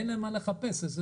זה שטויות.